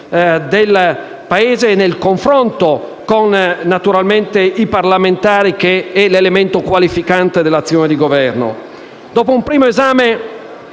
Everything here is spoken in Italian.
del Paese e nel confronto con i parlamentari l’elemento qualificante dell’azione di Governo.